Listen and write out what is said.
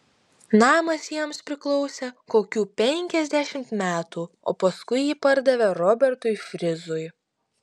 namas jiems priklausė kokių penkiasdešimt metų o paskui jį pardavė robertui frizui